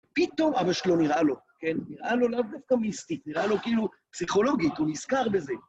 פתאום אבא שלו נראה לו, נראה לו לא דווקא מיסטית, נראה לו כאילו פסיכולוגית, הוא נזכר בזה.